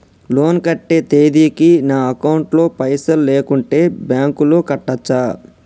Loan కట్టే తేదీకి నా అకౌంట్ లో పైసలు లేకుంటే బ్యాంకులో కట్టచ్చా?